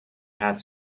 had